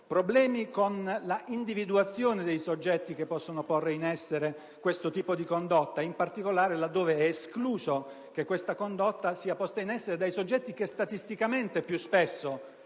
problemi con l'individuazione dei soggetti che possono porre in essere questo tipo di condotta, in particolare laddove è escluso che essa sia posta in essere dai soggetti che statisticamente più spesso